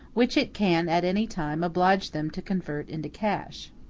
which it can at any time oblige them to convert into cash.